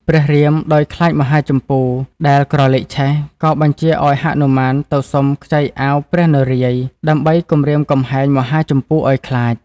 ព្រះរាម ដោយខ្លាចមហាជម្ពូ ដែលក្រលេកឆេះ ក៏បញ្ជាឱ្យហនុមានទៅសុំខ្ចីអាវព្រះនារាយណ៍ ដើម្បីគំរាមកំហែងមហាជម្ពូ ឱ្យខ្លាច។